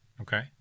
Okay